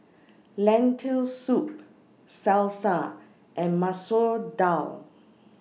Lentil Soup Salsa and Masoor Dal